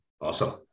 Awesome